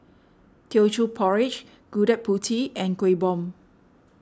Teochew Porridge Gudeg Putih and Kueh Bom